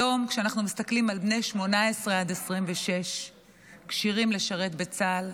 היום כשאנחנו מסתכלים על בני 18 עד 26 כשירים לשרת בצה"ל,